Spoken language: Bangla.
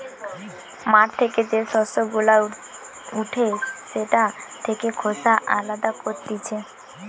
মাঠ থেকে যে শস্য গুলা উঠে সেটা থেকে খোসা আলদা করতিছে